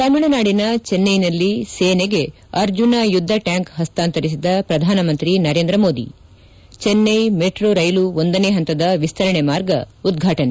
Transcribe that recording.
ತಮಿಳುನಾಡಿನ ಚೆನ್ನೈನಲ್ಲಿ ಸೇನೆಗೆ ಅರ್ಜುನ ಯುದ್ದ ಟ್ಯಾಂಕ್ ಹಸ್ತಾಂತರಿಸಿದ ಪ್ರಧಾನಮಂತ್ರಿ ನರೇಂದ್ರ ಮೋದಿ ಚೆನ್ನೈ ಮೆಟ್ರೋ ರೈಲು ಒಂದನೇ ಹಂತದ ವಿಸ್ತರಣೆ ಮಾರ್ಗ ಉದ್ವಾಟನೆ